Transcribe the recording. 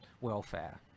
welfare